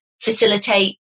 facilitate